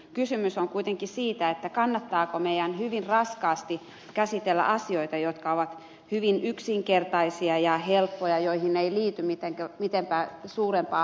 kysymys on kuitenkin siitä kannattaako meidän hyvin raskaasti käsitellä asioita jotka ovat hyvin yksinkertaisia ja helppoja ja joihin ei liity suurempaa harkintaa